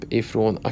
ifrån